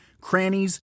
crannies